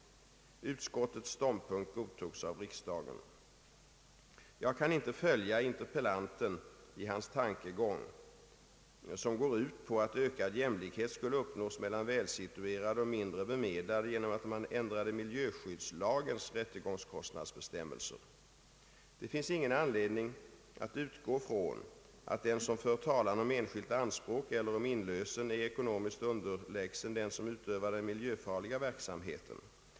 Utskottets ståndpunkt godtogs av riksdagen. Jag kan inte följa interpellanten i hans tankegång som går ut på att ökad jämlikhet skulle uppnås mellan välsituerade och mindre bemedlade genom att man ändrar miljöskyddslagens rättegångskostnadsbestämmelser. Det finns ingen anledning att utgå från att den som för talan om enskilt anspråk eller om inlösen är ekonomiskt underlägsen den som utövar den miljöfarliga verksamheten.